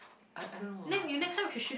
I I don't know lah